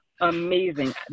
amazing